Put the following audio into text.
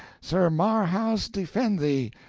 sir marhaus defend thee.